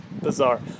bizarre